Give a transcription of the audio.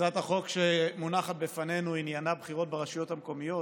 הצעת החוק שמונחת בפנינו עניינה בחירות ברשויות המקומיות,